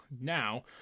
Now